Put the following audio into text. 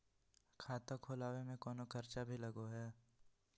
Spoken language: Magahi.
खाता खोलावे में कौनो खर्चा भी लगो है?